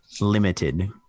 limited